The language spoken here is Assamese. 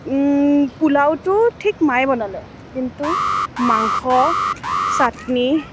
পোলাওটো ঠিক মায়ে বনালে কিন্তু মাংস ছাটনি